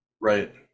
Right